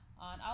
on